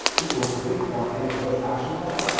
people who clicked on any call-to-action button,